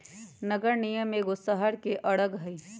नगर निगम एगो शहरके अङग हइ